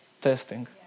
testing